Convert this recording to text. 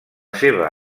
seva